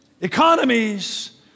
economies